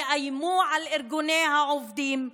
יאיימו על ארגוני העובדים,